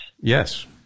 Yes